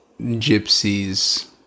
gypsies